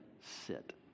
sit